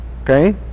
Okay